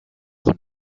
und